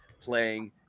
playing